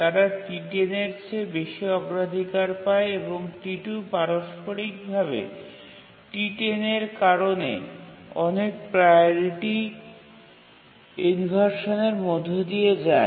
তারা T10 এর চেয়ে বেশি অগ্রাধিকার পায় এবং T2 পারস্পরিকভাবে T10 এর কারণে অনেক প্রাওরিটি ইনভারসানের মধ্য দিয়ে যায়